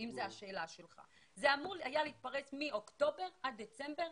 זה היה אמור להיות מאוקטובר עד דצמבר,